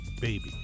baby